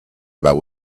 about